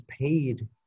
paid